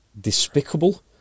despicable